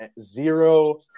zero